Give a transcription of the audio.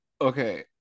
Okay